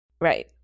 Right